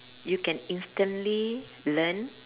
you can instantly learn